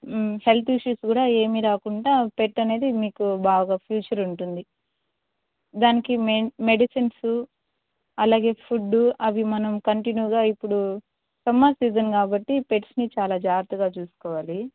health issues కూడా ఏమీ రాకుండా పెట్ అనేది మీకు బాగా ఫ్యూచర్ ఉంటుంది దానికి మె మెడిసిన్సు అలాగే ఫుడ్డు అవి మనం కంటిన్యూగా ఇప్పుడు సమర్ సీసన్ కాబట్టి పెట్స్ని చాలా జాగ్రత్తగా చూసుకోవాలి